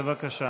כן, אני רוצה